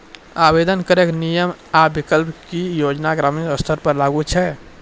आवेदन करैक नियम आ विकल्प? की ई योजना ग्रामीण स्तर पर लागू छै?